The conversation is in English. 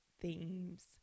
themes